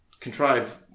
contrive